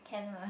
can lah